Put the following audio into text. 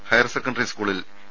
higher secondary സ്കൂളിൽ A